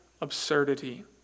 absurdity